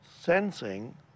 sensing